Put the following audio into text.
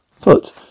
foot